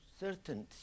certain